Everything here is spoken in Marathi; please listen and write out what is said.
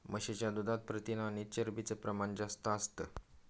म्हशीच्या दुधात प्रथिन आणि चरबीच प्रमाण जास्त असतं